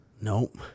Nope